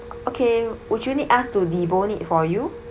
okay would you need us to debone it for you